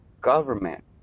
government